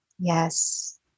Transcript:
Yes